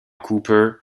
cooper